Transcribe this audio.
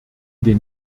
den